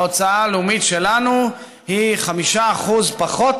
ההוצאה הלאומית שלנו היא 5% פחות